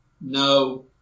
No